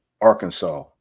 Arkansas